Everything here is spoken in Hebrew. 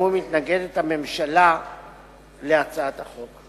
מתנגדת הממשלה להצעת החוק.